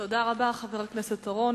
תודה רבה, חבר הכנסת אורון.